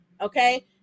okay